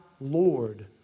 Lord